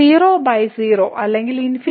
അടുത്ത പ്രഭാഷണത്തിൽ മറ്റ് ഫോംസ് ഉദാഹരണത്തിന് 0